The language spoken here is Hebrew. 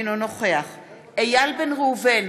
אינו נוכח איל בן ראובן,